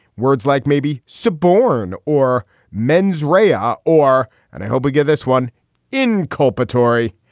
words like maybe suborn or mens rea are or and i hope we get this one in cold battery.